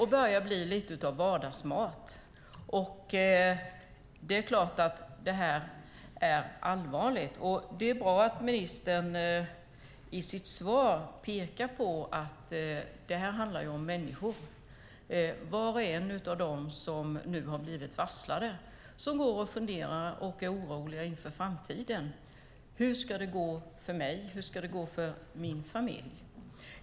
Det börjar bli lite av vardagsmat. Det är klart att detta är allvarligt. Det är bra att ministern i sitt svar pekar på att detta handlar om människor, om var och en av dem som nu har blivit varslade, som går och funderar och är oroliga inför framtiden: Hur ska det gå för mig och min familj?